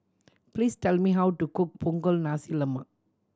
please tell me how to cook Punggol Nasi Lemak